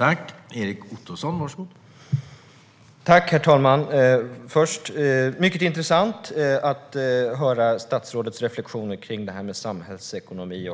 Herr talman! Det är mycket intressant att höra statsrådets reflektioner kring det här med samhällsekonomi.